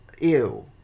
ew